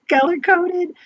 color-coded